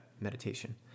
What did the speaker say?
meditation